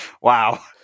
Wow